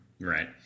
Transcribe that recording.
Right